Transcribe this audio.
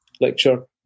lecture